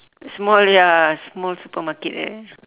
small ya small supermarket like that